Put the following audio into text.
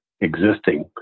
existing